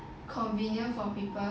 convenient for people